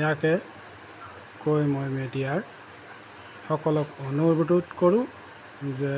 ইয়াকে কৈ মই মেডিয়াৰসকলক অনুৰোধ কৰোঁ যে